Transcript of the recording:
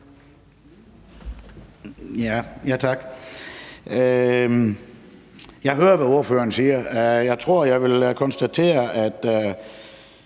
Ja tak. Jeg hører, hvad ordføreren siger. Jeg tror, jeg vil konstatere, at